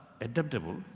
adaptable